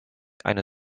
eine